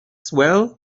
swell